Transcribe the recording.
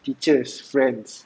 teachers friends